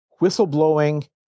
whistleblowing